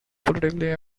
politically